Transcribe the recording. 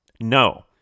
No